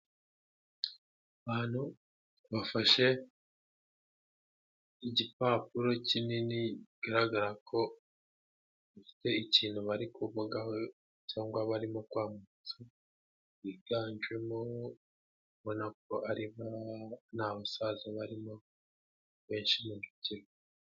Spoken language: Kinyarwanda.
Abantu bafashe igipapuro kinini bigaragara ko bafite ikintu bari kuvugaho cyangwa barimo kwambutsa, biganjemo urabona ko ari nta musaza ubarimo benshi ni urubyiruko.